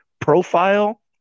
profile